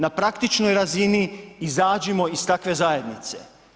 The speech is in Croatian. Na praktičnoj razini izađimo iz takve zajednice.